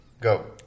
go